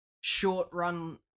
short-run